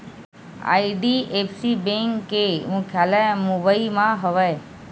IDFC bank के मुख्यालय मुबई म हवय